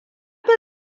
fi